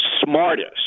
smartest